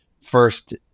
first